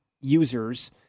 users